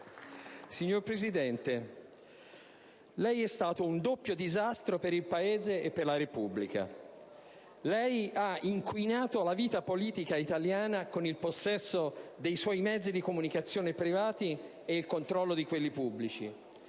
Signor Presidente del Consiglio, lei è stato un doppio disastro per il Paese e per la Repubblica. Lei ha inquinato la vita politica italiana con il possesso dei suoi mezzi di comunicazione privati e il controllo di quelli pubblici: